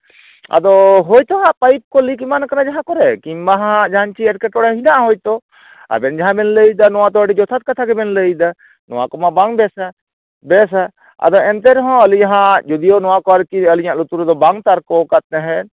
ᱟᱫᱚ ᱦᱳᱭᱛᱳ ᱦᱟᱸᱜ ᱯᱟᱭᱤᱯ ᱠᱚ ᱞᱤᱠ ᱮᱢᱟᱱ ᱠᱟᱱᱟ ᱡᱟᱦᱟᱸ ᱠᱚᱨᱮ ᱠᱤᱝᱵᱟ ᱦᱟᱸᱜ ᱡᱟᱦᱟᱸᱱᱟᱜ ᱜᱮ ᱮᱴᱠᱮᱴᱚᱬᱮ ᱦᱮᱱᱟᱜᱼᱟ ᱦᱚᱭᱛᱳ ᱟᱵᱮᱱ ᱡᱟᱦᱟᱸ ᱵᱮᱱ ᱞᱟᱹᱭᱫᱟ ᱱᱚᱣᱟ ᱫᱚ ᱟᱹᱰᱤ ᱡᱚᱛᱷᱟᱛ ᱠᱟᱛᱷᱟ ᱜᱮᱵᱮᱱ ᱞᱟᱹᱭᱫᱟ ᱱᱚᱟ ᱠᱚᱢᱟ ᱵᱟᱝ ᱵᱮᱥᱟ ᱵᱮᱥᱟ ᱟᱫᱚ ᱮᱱᱛᱮ ᱨᱮᱦᱚᱸ ᱟᱞᱤᱧ ᱦᱟᱸᱜ ᱡᱩᱫᱤᱭᱳ ᱟᱨᱠᱤ ᱟᱞᱤᱧᱟᱜ ᱞᱩᱛᱩᱨ ᱨᱮᱫᱮ ᱵᱟᱝ ᱛᱟᱠᱚᱣᱟᱠᱟᱱ ᱛᱟᱦᱮᱸᱫ